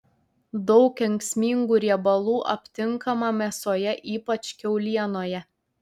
daug kenksmingų riebalų aptinkama mėsoje ypač kiaulienoje